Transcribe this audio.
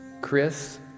Chris